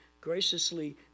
graciously